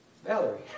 Valerie